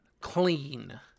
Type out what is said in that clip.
clean